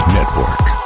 Network